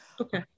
Okay